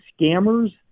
scammers